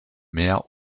mehr